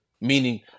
Meaning